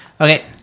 Okay